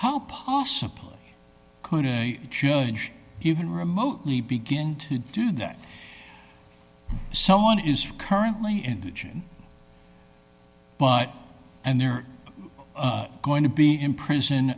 how possibly could a judge even remotely begin to do that someone is currently indigent and they're going to be in prison